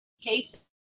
cases